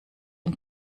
ein